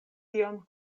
tion